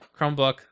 chromebook